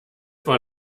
war